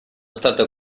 stato